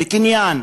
בקניין,